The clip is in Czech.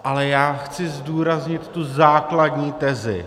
Ale já chci zdůraznit tu základní tezi.